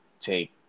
take